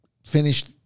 Finished